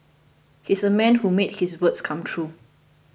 he's a man who made his words come true